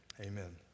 Amen